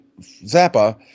zappa